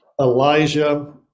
Elijah